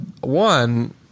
One